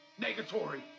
Negatory